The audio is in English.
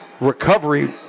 recovery